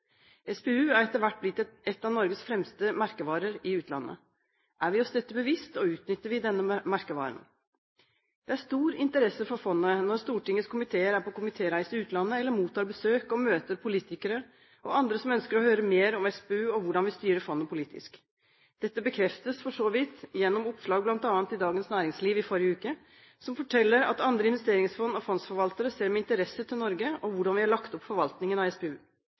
SPU er etter hvert blitt en av Norges fremste merkevarer i utlandet. Er vi oss dette bevisst, og utnytter vi denne merkevaren? Det er stor interesse for fondet når Stortingets komiteer er på komitéreiser i utlandet eller mottar besøk og møter politikere og andre som ønsker å høre mer om SPU og hvordan vi styrer fondet politisk. Dette bekreftes for så vidt gjennom oppslag bl.a. i Dagens Nærings i forrige uke, som forteller at andre investeringsfond og fondsforvaltere ser med interesse til Norge og hvordan vi har lagt opp forvaltningen av SPU.